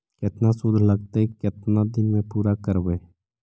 केतना शुद्ध लगतै केतना दिन में पुरा करबैय?